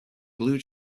blue